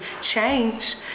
change